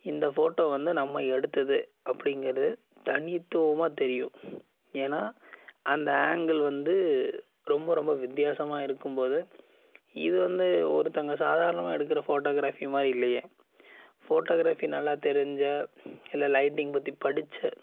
இந்த ஃபோட்டோ வந்து நம்ம எடுத்தது அப்படிங்கிறது தனித்துவமாக தெரியும் ஏன்னா அந்த ஆங்கிள் வந்து ரொம்ப ரொம்ப வித்தியாசமாக இருக்கும்போது இது வந்து ஒருத்தவங்கள் சாதாரணமாக எடுக்கிற ஃபோட்டோகிராஃபி மாதிரி இல்லையே ஃபோட்டோகிராஃபி நல்லா தெரிந்த இல்லை லைட்டிங் பற்றி படித்த